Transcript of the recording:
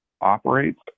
operates